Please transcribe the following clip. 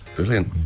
Brilliant